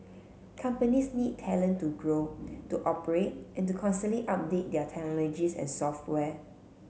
companies need talent to grow to operate and to constantly update their technologies and software